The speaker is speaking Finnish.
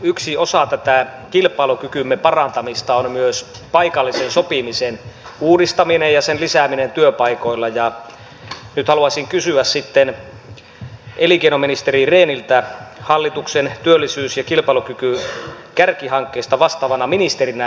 yksi osa tätä kilpailukykymme parantamista on myös paikallisen sopimisen uudistaminen ja sen lisääminen työpaikoilla ja nyt haluaisin kysyä elinkeinoministeri rehniltä hallituksen työllisyys ja kilpailukykykärkihankkeista vastaavana ministerinä